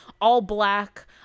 all-black